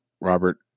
Robert